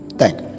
thank